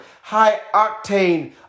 high-octane